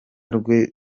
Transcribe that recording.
rwe